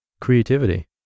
Creativity